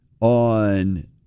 on